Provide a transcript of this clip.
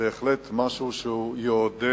בהחלט משהו שיעודד